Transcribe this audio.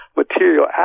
material